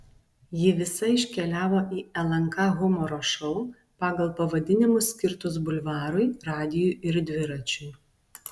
ji visa iškeliavo į lnk humoro šou pagal pavadinimus skirtus bulvarui radijui ir dviračiui